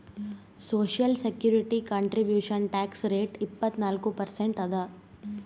social security contribution tax rate ಇಪ್ಪತ್ನಾಲ್ಕು percent ಅದ